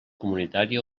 comunitària